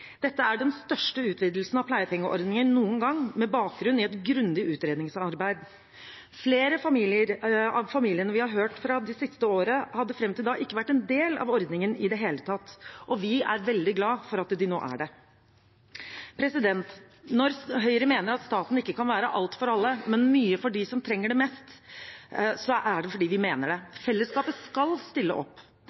Dette er den største utvidelsen av pleiepengeordningen noen gang, med bakgrunn i et grundig utredningsarbeid. Flere av familiene vi har hørt fra det siste året, hadde fram til da ikke vært en del av ordningen i det hele tatt. Vi er veldig glad for at de nå er det. Når Høyre mener at staten ikke kan være alt for alle, men mye for dem som trenger det mest, er det fordi vi mener det. Fellesskapet skal stille opp.